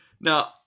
Now